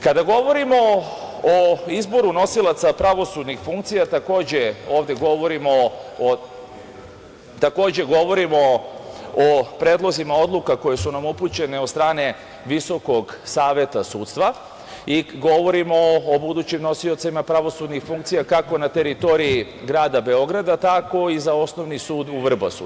Kada govorimo o izboru nosilaca pravosudnih funkcija, takođe ovde govorimo o predlozima odluka koje su nam upućene od strane Visokog saveta sudstva i govorimo o budućim nosiocima pravosudnih funkcija, kako na teritoriji grada Beograda, tako i za Osnovni sud u Vrbasu.